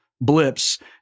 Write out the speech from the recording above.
blips